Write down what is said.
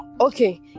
Okay